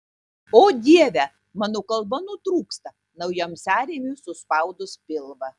o dieve mano kalba nutrūksta naujam sąrėmiui suspaudus pilvą